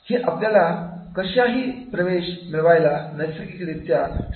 हे आपल्याला कशाचाही प्रवेश मिळवायला नैसर्गिक रित्या सोयीस्कर बनवत असते